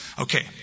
Okay